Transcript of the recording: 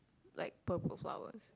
like purple flowers